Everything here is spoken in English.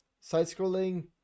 side-scrolling